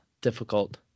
difficult